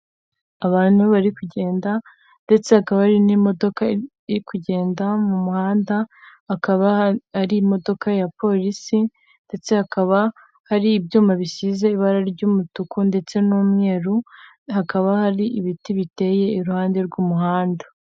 Abantu bari kugenda ndetse ha akaba ari n'imodoka iri kugenda mu muhanda akaba ari imodoka ya polisi ndetse hakaba hari ibyuma bisize ibara ry'umutuku ndetse n'umweru hakaba hari ibiti biteye iruhande rw'umuhanda.